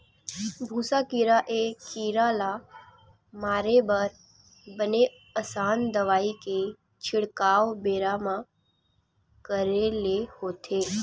भूसा कीरा ए कीरा ल मारे बर बने असन दवई के छिड़काव बेरा म करे ले होथे